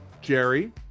Jerry